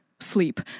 sleep